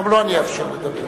גם לו אני אאפשר לדבר.